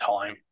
time